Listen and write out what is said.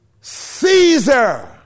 Caesar